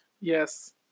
Yes